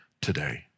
today